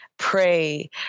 pray